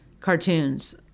cartoons